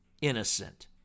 innocent